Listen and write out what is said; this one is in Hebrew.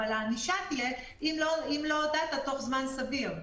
אבל הענישה תהיה אם לא הודעת תוך זמן סביר.